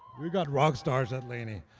we've got rock stars at laney.